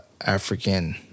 African